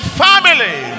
family